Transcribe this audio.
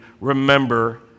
remember